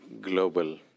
global